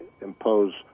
impose